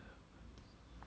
(uh huh)